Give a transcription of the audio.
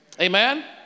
Amen